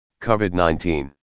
COVID-19